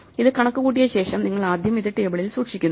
ഇത് കണക്കുകൂട്ടിയ ശേഷം നിങ്ങൾ ആദ്യം ഇത് ടേബിളിൽ സൂക്ഷിക്കുന്നു